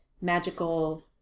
magical